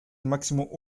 máximo